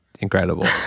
incredible